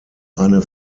eine